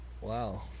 Wow